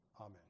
amen